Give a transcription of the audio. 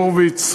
הורוביץ,